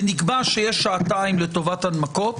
ונקבע שיש שעתיים לטובת הנמקות,